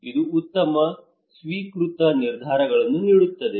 ಇದು ಉತ್ತಮ ಸ್ವೀಕೃತ ನಿರ್ಧಾರಗಳನ್ನು ನೀಡುತ್ತದೆ